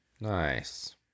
Nice